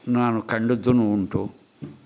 ನಾನು ಕಂಡುದ್ದೂ ಉಂಟು